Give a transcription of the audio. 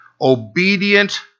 Obedient